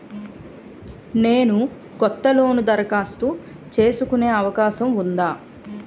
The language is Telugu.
నేను కొత్త లోన్ దరఖాస్తు చేసుకునే అవకాశం ఉందా?